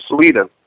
Sweden